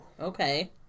Okay